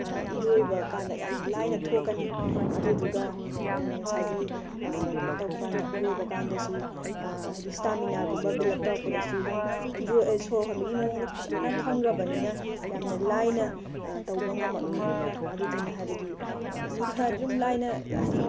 ꯏꯔꯣꯏꯕꯀꯥꯟꯗ ꯌꯥꯝꯅ ꯂꯥꯏꯅ ꯊꯣꯛꯀꯅꯤ ꯑꯗꯨꯗꯨꯒ ꯉꯁꯥꯏꯒꯤ ꯀꯩꯅꯣ ꯇꯧꯕꯀꯥꯟꯗ ꯏꯔꯣꯏꯕꯀꯥꯟꯗꯁꯨ ꯍꯥꯏꯗꯤ ꯁ꯭ꯇꯥꯃꯤꯅꯥꯒꯨꯝꯕ ꯕꯤꯜ ꯑꯞ ꯇꯧꯔꯛꯄꯗꯁꯨ ꯑꯗꯨꯝ ꯏꯔꯣꯏ ꯁꯣꯔ ꯍꯣꯟꯕꯒꯤ ꯃꯑꯣꯡꯗꯣ ꯐꯖꯟꯅ ꯈꯪꯈ꯭ꯔꯕꯅꯤꯅ ꯌꯥꯝꯅ ꯂꯥꯏꯅ ꯇꯧꯕ ꯉꯃꯛꯀꯅꯤ ꯑꯗꯨꯗꯨꯅ ꯍꯥꯏꯕꯗꯤ ꯃꯤ ꯈꯔ ꯑꯗꯨꯝ ꯂꯥꯏꯅ ꯍꯥꯏꯗꯤ